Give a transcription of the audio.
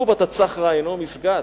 קובת א-צח'רה אינו מסגד,